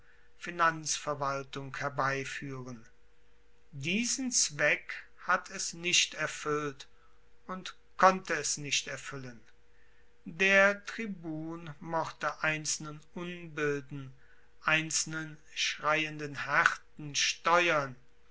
finanzverwaltung herbeifuehren diesen zweck hat es nicht erfuellt und konnte es nicht erfuellen der tribun mochte einzelnen unbilden einzelnen schreienden haerten steuern